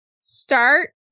Start